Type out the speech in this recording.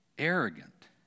Arrogant